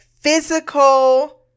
physical